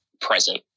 present